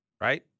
right